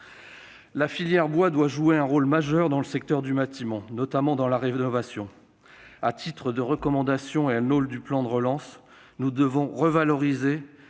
La filière bois doit jouer un rôle majeur dans le secteur du bâtiment, notamment dans la rénovation. À titre de recommandations et à l'aune du plan de relance, nous devons la revaloriser